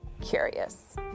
curious